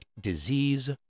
Disease